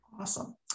Awesome